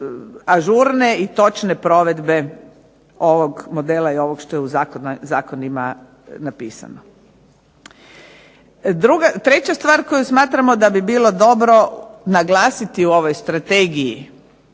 ažurne i točne provedbe ovog modela i ovog što je u zakonima napisano. Treća stvar koju smatramo da bi bilo dobro naglasiti u ovoj strategiji,